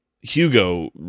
hugo